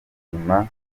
n’ibitaro